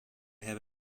have